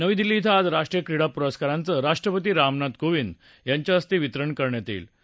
नवी दिल्ली इथं आज राष्ट्रीय क्रीडा प्रस्कारांचं राष्ट्रपती रामनाथ कोविंद यांच्याहस्तावितरण करण्यात यक्रिमे